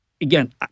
again